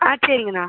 ஆ சரிங்கண்ணா